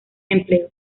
empleo